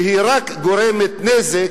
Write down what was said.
שהיא רק גורמת נזק,